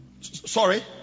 Sorry